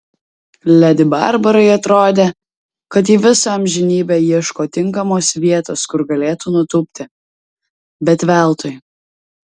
ledi barbarai atrodė kad ji visą amžinybę ieško tinkamos vietos kur galėtų nutūpti bet veltui